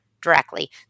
directly